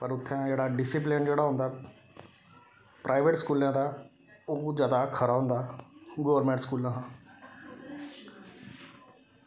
पर उत्थै जेह्ड़ा डिस्पलिन जेह्ड़ा होंदा प्राईवेट स्कूलें दा ओह् जैदा खरा होंदा गौरमेंट स्कूलां शा